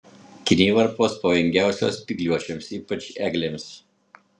kinivarpos pavojingiausios spygliuočiams ypač eglėms